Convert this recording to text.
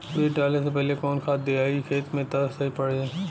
बीज डाले से पहिले कवन खाद्य दियायी खेत में त सही पड़ी?